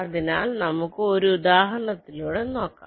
അതിനാൽ നമുക്ക് ഒരു ഉദാഹരണത്തിലൂടെ നോക്കാം